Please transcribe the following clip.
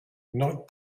not